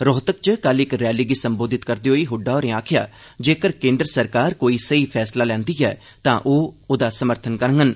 रोहतक च इक रैली गी संबोधित करदे होई हड्डा होरें आखेआ जेगर केन्द्र सरकार कोई स्हेई फैसला लैंदी ऐ तां ओह् ओहदा समर्थन करडन